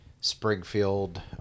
Springfield